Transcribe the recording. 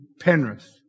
Penrith